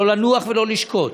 לא לנוח ולא לשקוט.